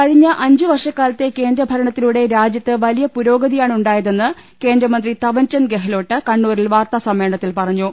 കഴിഞ്ഞ അഞ്ച് വർഷക്കാലത്തെ കേന്ദ്രഭരണത്തിലൂടെ രാജ്യത്ത് വലിയ പുരോഗതിയാണുണ്ടായതെന്ന് കേന്ദ്രമന്ത്രി തവൻചന്ദ് ഗഹ്ലോട്ട് കണ്ണൂരിൽ വാർത്താസമ്മേളനത്തിൽ പറ ഞ്ഞു